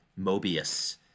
Mobius